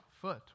foot